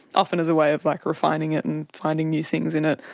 often as a way of like refining it and finding new things in it.